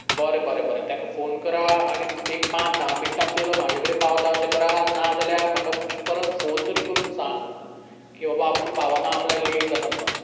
बरें बरें बरें तेका फोन करात आनीक एक पांच धा मिनटां तेजो म्हाजे कडेन पावता अशें करात नाजाल्यार म्हाका परत फोन तरी करून सांग की बाबा आपूण पावाना आपल्याक लेट जाता म्हणून